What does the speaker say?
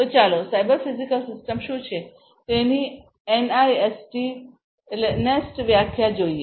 તો ચાલો cyber physical system શું છે તેની એનઆઈએસટી વ્યાખ્યા જોઈએ